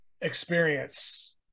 experience